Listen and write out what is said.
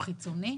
חיצוני?